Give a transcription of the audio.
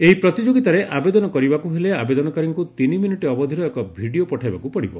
ଏହି ପ୍ରତିଯୋଗିତାରେ ଆବେଦନ କରିବାକୁ ହେଲେ ଆବେଦନକାରୀଙ୍କୁ ତିନିମିନିଟ୍ ଅବଧିର ଏକ ଭିଡ଼ିଓ ପଠାଇବାକୁ ପଡ଼ିବ